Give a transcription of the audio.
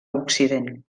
occident